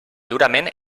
durament